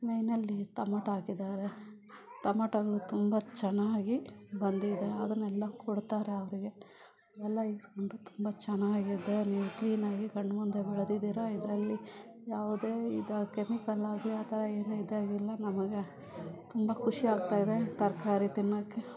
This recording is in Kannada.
ಲೈನಲ್ಲಿ ಟೊಮಟೋ ಹಾಕಿದ್ದಾರೆ ಟೊಮಟೋಗಳು ತುಂಬ ಚೆನ್ನಾಗಿ ಬಂದಿದೆ ಅದನ್ನೆಲ್ಲ ಕೊಡ್ತಾರೆ ಅವ್ರಿಗೆ ಎಲ್ಲ ಇಸ್ಕೊಂಡು ತುಂಬ ಚೆನ್ನಾಗಿದೆ ನೀವು ಕ್ಲೀನಾಗಿ ಕಣ್ಮುಂದೆ ಬೆಳ್ದಿದ್ದೀರಾ ಇದರಲ್ಲಿ ಯಾವುದೇ ಇದು ಕೆಮಿಕಲ್ ಆಗಲಿ ಆ ಥರ ಏನೂ ಇದಾಗಿಲ್ಲ ನಮಗೆ ತುಂಬ ಖುಷಿ ಆಗ್ತಾಯಿದೆ ತರಕಾರಿ ತಿನ್ನೊಕ್ಕೆ